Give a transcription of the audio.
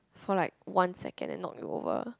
for like one second and knock you over